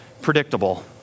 predictable